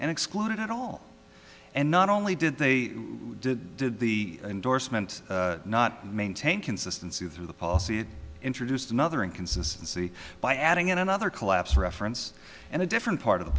and exclude it at all and not only did they did did the endorsement not maintain consistency through the policy it introduced another inconsistency by adding in another collapse reference and a different part of the